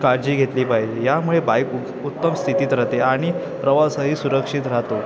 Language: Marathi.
काळजी घेतली पाहिजे यामुळे बाईक उत्तम स्थितीत राहते आणि प्रवासही सुरक्षित राहतो